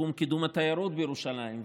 בתחום קידום התיירות בירושלים,